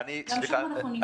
גם שם אנחנו נמצאים.